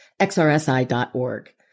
xrsi.org